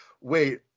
wait